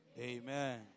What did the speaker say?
Amen